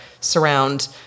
surround